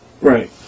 Right